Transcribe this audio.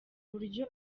buryo